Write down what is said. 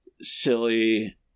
silly